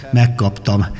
megkaptam